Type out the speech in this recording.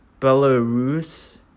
Belarus